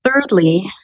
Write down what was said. Thirdly